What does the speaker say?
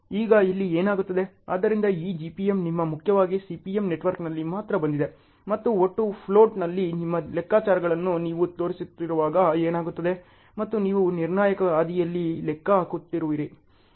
ಈಗ ಇಲ್ಲಿ ಏನಾಗುತ್ತದೆ ಆದ್ದರಿಂದ ಈ GPM ನಿಮ್ಮ ಮುಖ್ಯವಾಗಿ CPM ನೆಟ್ವರ್ಕ್ನಲ್ಲಿ ಮಾತ್ರ ಬಂದಿದೆ ಮತ್ತು ಒಟ್ಟು ಫ್ಲೋಟ್ನಲ್ಲಿ ನಿಮ್ಮ ಲೆಕ್ಕಾಚಾರಗಳನ್ನು ನೀವು ತೋರಿಸುತ್ತಿರುವಾಗ ಏನಾಗುತ್ತದೆ ಮತ್ತು ನೀವು ನಿರ್ಣಾಯಕ ಹಾದಿಯಲ್ಲಿ ಲೆಕ್ಕ ಹಾಕುತ್ತಿರುವಿರಿ